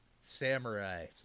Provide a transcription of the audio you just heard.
Samurai